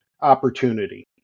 opportunity